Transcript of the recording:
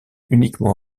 uniquement